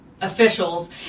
officials